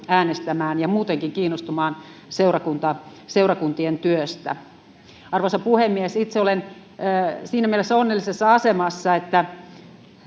äänestämään ja muutenkin kiinnostumaan seurakuntien työstä. Arvoisa puhemies! Itse olen siinä mielessä onnellisessa asemassa,